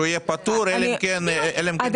שהוא יהיה פטור אלא אם כן --- דרך